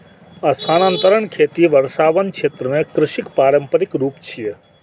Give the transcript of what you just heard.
स्थानांतरण खेती वर्षावन क्षेत्र मे कृषिक पारंपरिक रूप छियै